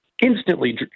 instantly